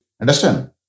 Understand